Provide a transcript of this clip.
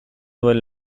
duen